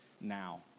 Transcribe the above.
now